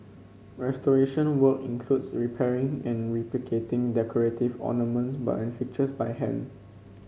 restoration work includes repairing and replicating decorative ornaments but fixtures by hand